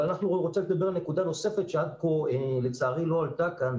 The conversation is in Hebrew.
אני רוצה לדבר על נקודה נוספת שעד כה לצערי לא עלתה כאן.